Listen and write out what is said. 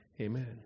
Amen